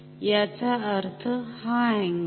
याचा अर्थ हा अँगल